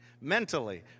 mentally